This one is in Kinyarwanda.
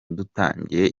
dutangiye